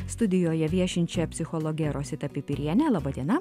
studijoje viešinčia psichologe rosita pipiriene laba diena